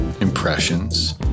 impressions